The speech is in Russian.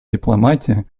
дипломатия